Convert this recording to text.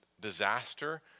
disaster